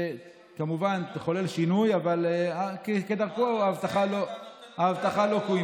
שתחולל שינוי, כמובן, אבל כדרכו ההבטחה לא קוימה.